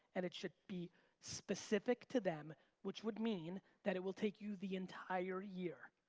and it should be specific to them which would mean that it will take you the entire year.